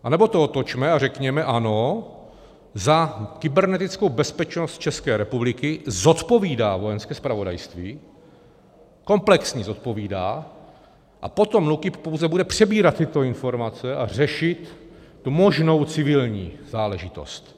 Anebo to otočme a řekněme ano, za kybernetickou bezpečnost České republiky zodpovídá Vojenské zpravodajství, komplexně zodpovídá, a potom NÚKIB pouze bude přebírat tyto informace a řešit tu možnou civilní záležitost.